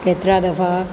केतिरा दफ़ा